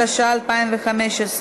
התשע"ה 2015,